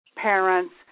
parents